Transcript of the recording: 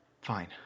Fine